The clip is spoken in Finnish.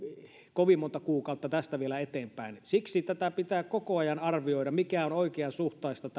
kovin monta kuukautta tästä vielä eteenpäin siksi pitää koko ajan arvioida mikä on oikeasuhtaista